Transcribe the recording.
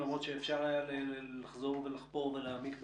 למרות שאפשר היה לחזור ולחקור ולהעמיק בזה.